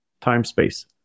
time-space